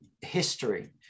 history